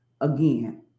again